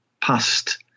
past